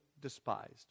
despised